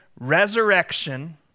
resurrection